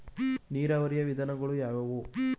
ನೀರಾವರಿಯ ವಿಧಾನಗಳು ಯಾವುವು?